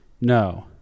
no